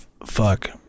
Fuck